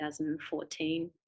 2014